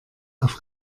auf